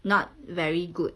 not very good